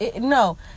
No